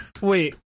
Wait